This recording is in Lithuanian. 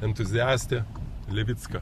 entuziastė levicka